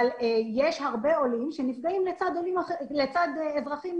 אבל יש הרבה עולים שנפגעים לצד אזרחים